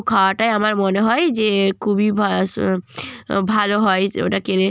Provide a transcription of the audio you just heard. খাওয়াটাই আমার মনে হয় যে খুবই ভালো হয় ওটা খেলে